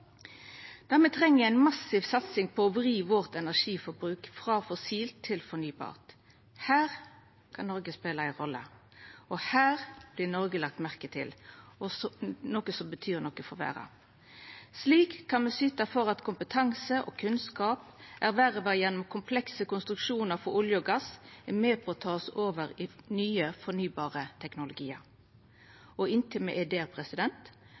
me treng, er ei massiv satsing på å vri energiforbruket vårt frå fossilt til fornybart. Her kan Noreg spela ei rolle, og her vert Noreg lagt merke til med noko som betyr noko for verda. Slik kan me syta for at kompetanse og kunnskap, erverva gjennom komplekse konstruksjonar for olje og gass, er med på å ta oss over i nye fornybare teknologiar. Og inntil me er